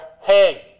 Hey